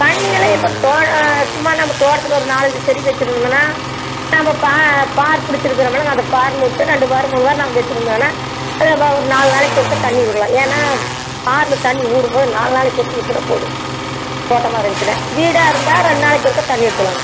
தண்ணி எல்லாம் இப்போது சும்மா நம்ம தோட்டத்தில் ஒரு நாலஞ்சு செடி வைச்சிருந்தோமுன்னா நாம் பார் பிடிச்சிருக்கோம்லங்க அந்த பார்லுட்டு ரெண்டு வாரம் மூணு வாரம் வைச்சிருந்தனால அந்த ஒரு நாலு நாளைக்கு ஒருக்கா தண்ணிவிட்லாம் ஏன்னா பாரில் தண்ணி ஊரும்போது நாலு நாளைக்கு ஒருக்கா ஊற்றினா போதும் தோட்டமாக இருந்துச்சுன்னா வீடாக இருந்தால் ரெண்டு நாளைக்கு ஒருக்கா தண்ணி ஊற்றலாங்க